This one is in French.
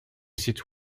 site